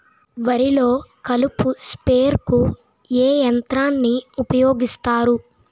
వరిలో కలుపు స్ప్రేకు ఏ యంత్రాన్ని ఊపాయోగిస్తారు?